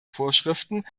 vorschriften